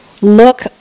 look